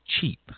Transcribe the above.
cheap